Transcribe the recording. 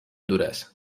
duras